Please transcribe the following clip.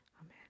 Amen